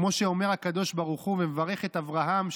כמו שאומר הקדוש ברוך הוא ומברך את אברהם,